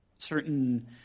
Certain